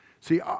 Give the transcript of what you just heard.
See